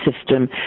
system